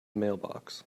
mailbox